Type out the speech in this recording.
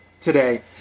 today